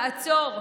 לעצור,